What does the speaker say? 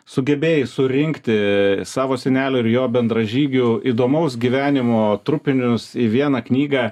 sugebėjai surinkti savo senelio ir jo bendražygių įdomaus gyvenimo trupinius į vieną knygą